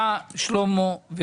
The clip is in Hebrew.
בא שלמה,